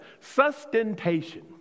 Sustentation